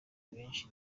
benshi